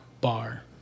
bar